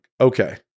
Okay